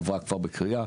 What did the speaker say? עברה כבר בקריאה.